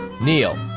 Neil